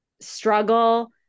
struggle